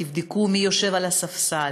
תבדקו מי יושב על הספסל,